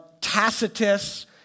Tacitus